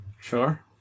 Sure